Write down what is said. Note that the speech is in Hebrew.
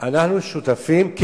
אתה מתחמק.